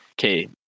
Okay